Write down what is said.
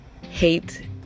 hate